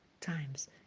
times